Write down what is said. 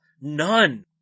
None